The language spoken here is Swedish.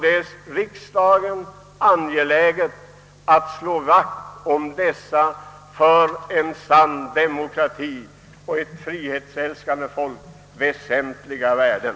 Det är riksdagen angeläget att slå vakt om dessa för en sann demokrati och ett frihetsälskande folk väsentliga värden.